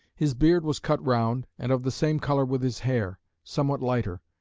his beard was cut round, and of the same colour with his hair, somewhat lighter.